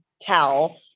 tell